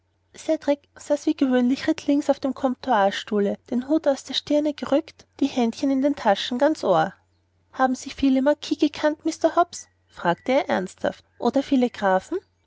saß wie gewöhnlich rittlings auf dem comptoirstuhle den hut aus der stirn gerückt die händchen in den taschen ganz ohr haben sie viele marquis gekannt mr hobbs fragte er ernsthaft oder viele grafen